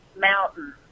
Mountain